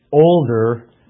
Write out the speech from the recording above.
older